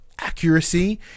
accuracy